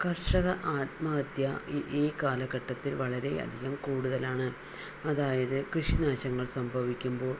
കർഷക ആത്മഹത്യ ഈ കാലഘട്ടത്തിൽ വളരെ അധികം കൂടുതലാണ് അതായത് കൃഷിനാശങ്ങൾ സംഭവിക്കുമ്പോൾ